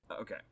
Okay